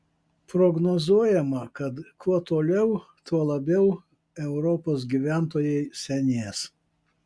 prognozuojama kad kuo toliau tuo labiau europos gyventojai senės